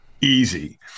easy